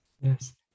Yes